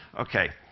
okay.